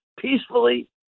peacefully